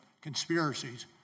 conspiracies